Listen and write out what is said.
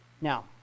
Now